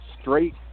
straight